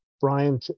Brian